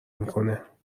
میکنه